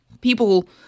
people